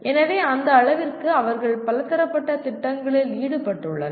எனவே அந்த அளவிற்கு அவர்கள் பலதரப்பட்ட திட்டங்களில் ஈடுபட்டுள்ளனர்